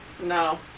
No